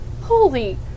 Holy